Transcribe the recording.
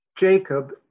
Jacob